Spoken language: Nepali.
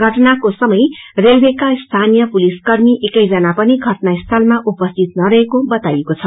घटपाको समय रेलवेका स्थानीय पुलिस कर्मी एकैजना पनि घटनास्थलमा उपस्थित नरहेको बताइएको छ